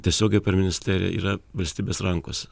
tiesiogiai per ministeriją yra valstybės rankose